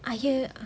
I hear